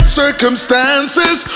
circumstances